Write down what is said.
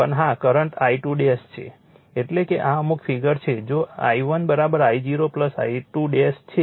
પણ હા current I2 છે એટલે કે અમુક ફિગર છે જેI1 I0 I2 છે